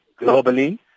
globally